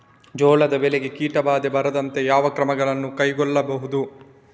ಜೋಳದ ಬೆಳೆಗೆ ಕೀಟಬಾಧೆ ಬಾರದಂತೆ ಯಾವ ಕ್ರಮಗಳನ್ನು ಕೈಗೊಳ್ಳಬಹುದು?